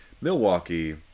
Milwaukee